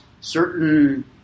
certain